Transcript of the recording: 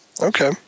Okay